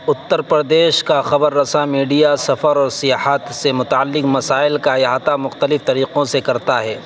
اتّر پردیش کا خبر رساں میڈیا سفر و سیاحت سے متعلق مسائل کا احاطہ مختلف طریقوں سے کرتا ہے